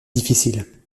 difficile